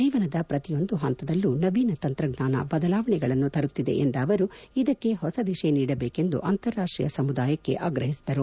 ಜೀವನದ ಪ್ರತಿಯೊಂದು ಹಂತದಲ್ಲೂ ನವೀನ ತಂತ್ರಜ್ಞಾನ ಬದಲಾವಣೆಗಳನ್ನು ತರುತ್ತಿದೆ ಎಂದ ಅವರು ಇದಕ್ಕೆ ಹೊಸ ದಿಶೆ ನೀಡಬೇಕೆಂದು ಅಂತಾರಾಷ್ಟೀಯ ಸಮುದಾಯಕ್ಕೆ ಆಗ್ರಹಿಸಿದರು